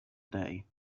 day